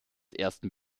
ersten